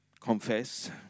confess